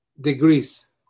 degrees